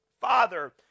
father